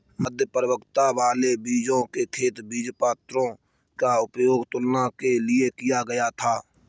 मध्य परिपक्वता वाले बीजों के खेत बीजपत्रों का उपयोग तुलना के लिए किया गया था